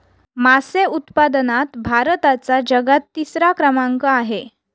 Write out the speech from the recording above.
मासे उत्पादनात भारताचा जगात तिसरा क्रमांक आहे